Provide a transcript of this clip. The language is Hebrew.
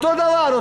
אותו דבר.